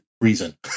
reason